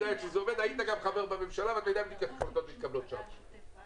היית גם חבר בממשלה ואתה יודע איך מתקבלות שם החלטות.